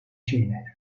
şeyler